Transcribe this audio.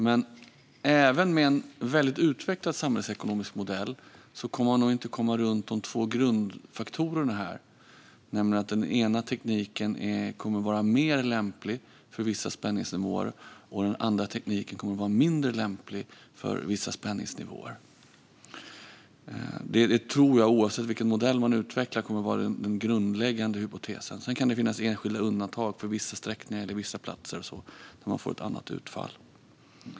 Men även med en väldigt utvecklad samhällsekonomisk modell kommer man nog inte att komma undan de två grundfaktorerna här, nämligen att den ena tekniken kommer att vara mer lämplig för vissa spänningsnivåer, och den andra tekniken kommer att vara mindre lämplig för vissa spänningsnivåer. Det tror jag, oavsett vilken modell man utvecklar, kommer att vara den grundläggande hypotesen. Sedan kan det finnas undantag för vissa sträckningar eller vissa platser där man får ett annat utfall.